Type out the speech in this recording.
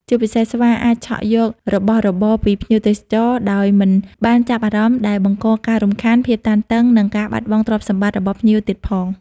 ជាពិសេស ស្វាអាចឆក់យករបស់របរពីភ្ញៀវទេសចរដោយមិនបានចាប់អារម្មណ៍ ដែលបង្កការរំខាន ភាពតានតឹង និងការបាត់បង់ទ្រព្យសម្បត្តិរបស់ភ្ញៀវទៀតផង។